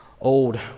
Old